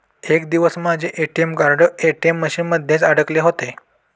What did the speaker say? एक दिवशी माझे ए.टी.एम कार्ड ए.टी.एम मशीन मध्येच अडकले होते